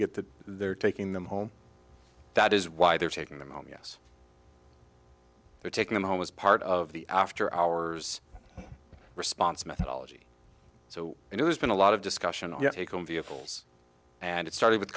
get that they're taking them home that is why they're taking them home yes we're taking them home as part of the after hours response methodology so you know there's been a lot of discussion yet taken vehicles and it started with